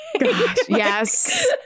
yes